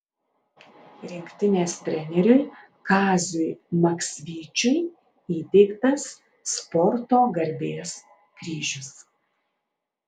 rinktinės treneriui kaziui maksvyčiui įteiktas sporto garbės kryžius